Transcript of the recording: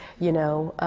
you know.